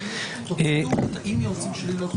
טלי, מה כל הכבוד ליו"ר?